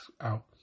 out